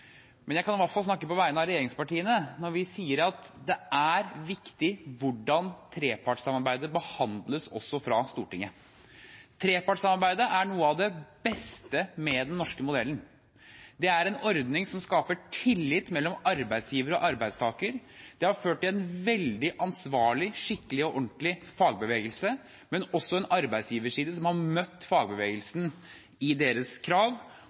men jeg kan i hvert fall snakke på vegne av regjeringspartiene når vi sier at det er viktig hvordan trepartssamarbeidet behandles også fra Stortinget. Trepartssamarbeidet er noe av det beste med den norske modellen. Det er en ordning som skaper tillit mellom arbeidsgiver og arbeidstaker. Det har ført til en veldig ansvarlig, skikkelig og ordentlig fagbevegelse, men også en arbeidsgiverside som har møtt fagbevegelsen i deres krav.